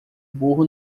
burro